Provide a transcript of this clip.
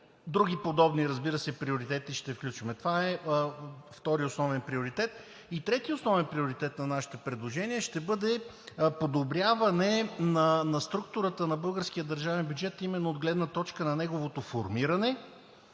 други подобни, разбира се, приоритети ще включваме. Това е втори основен приоритет. И трети основен приоритет на нашите предложения ще бъде подобряване на структурата на българския държавен бюджет именно от гледна точка на неговото формиране.